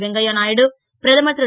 வெங்கைய நாயுடு பிரதமர் ரு